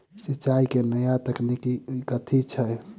सिंचाई केँ नया तकनीक कथी छै?